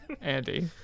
Andy